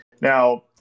Now